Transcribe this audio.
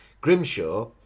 Grimshaw